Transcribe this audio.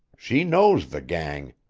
she knows the gang.